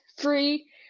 free